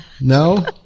No